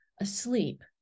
asleep